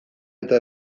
eta